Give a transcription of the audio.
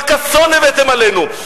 רק אסון הבאתם עלינו.